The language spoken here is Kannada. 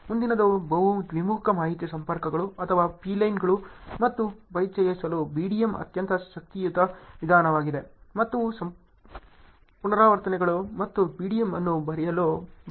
ಮುಂದಿನದು ಬಹು ದ್ವಿಮುಖ ಮಾಹಿತಿ ಸಂಪರ್ಕಗಳು ಅಥವಾ ಬೀಲೈನ್ಗಳು ಮತ್ತು ಪರಿಚಯಿಸಲು BDM ಅತ್ಯಂತ ಶಕ್ತಿಯುತ ವಿಧಾನವಾಗಿದೆ ಮತ್ತು ನೀವು ಪುನರಾವರ್ತನೆಗಳು ಮತ್ತು BDM ಅನ್ನು ಬೆರೆಸಲು ಬಳಸಬಹುದು